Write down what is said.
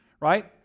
right